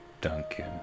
Duncan